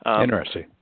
Interesting